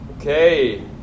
Okay